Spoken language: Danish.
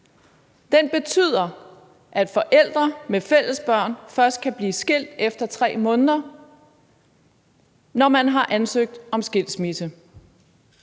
Den betyder, at forældre med fælles børn først kan blive skilt efter 3 måneder, når man har ansøgt om skilsmisse.